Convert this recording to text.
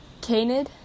canid